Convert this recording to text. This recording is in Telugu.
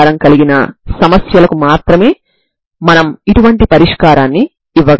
కి మరియు λ 2 అనుగుణంగా Xnx ని కనుగొన్నారు